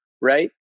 right